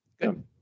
good